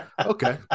Okay